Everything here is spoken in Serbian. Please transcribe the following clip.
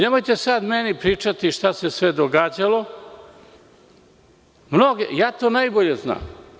Nemojte sad meni pričati šta se sve događalo, ja to najbolje znam.